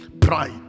Pride